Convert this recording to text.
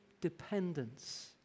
dependence